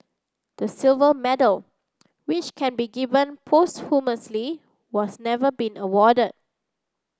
the silver medal which can be given has never been awarded